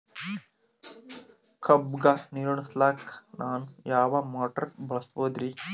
ಕಬ್ಬುಗ ನೀರುಣಿಸಲಕ ನಾನು ಯಾವ ಮೋಟಾರ್ ಬಳಸಬಹುದರಿ?